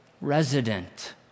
resident